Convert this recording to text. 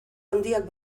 handiak